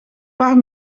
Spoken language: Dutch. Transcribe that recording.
paar